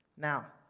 Now